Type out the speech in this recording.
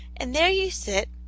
and there you sit,